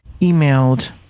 emailed